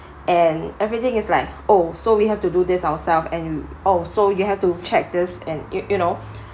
and everything is like oh so we have to do this ourself and oh so you have to check this and you you know